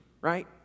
right